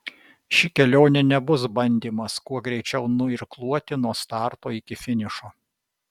ši kelionė nebus bandymas kuo greičiau nuirkluoti nuo starto iki finišo